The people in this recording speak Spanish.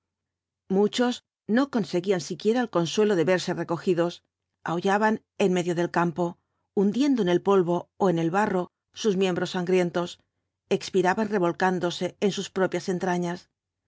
muchos no conseguían siquiera el consuelo de verse recogidos aullaban en medio del campo hundiendo en el polvo ó en el barro sus miembros sangrientos expiraban revolcándose en sus propias entrañas